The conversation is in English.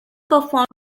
performed